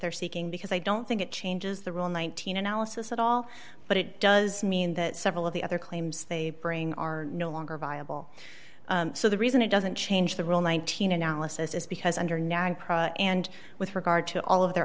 they're seeking because i don't think it changes the rule nineteen analysis at all but it does mean that several of the other claims they bring are no longer viable so the reason it doesn't change the rule nineteen analysis is because under nagpur and with regard to all of their